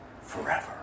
forever